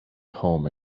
home